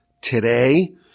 today